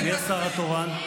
מי השר התורן?